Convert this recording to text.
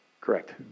Correct